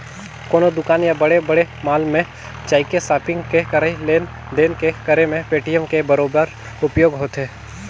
कोनो दुकान या बड़े बड़े मॉल में जायके सापिग के करई लेन देन के करे मे पेटीएम के बरोबर उपयोग होथे